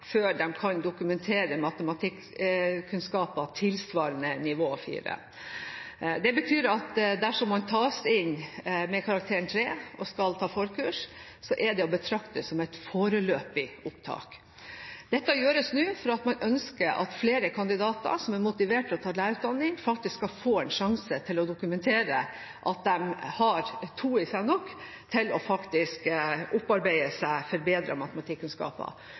før de kan dokumentere matematikkunnskaper tilsvarende nivå 4. Det betyr at dersom man tas inn med karakteren 3 og skal ta forkurs, så er det å betrakte som et foreløpig opptak. Dette gjøres nå for at man ønsker at flere kandidater som er motivert til å ta lærerutdanning, faktisk skal få en sjanse til å dokumentere at de har nok to i seg til å opparbeide seg